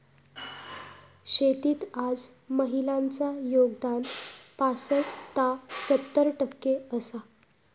शेतीत आज महिलांचा योगदान पासट ता सत्तर टक्के आसा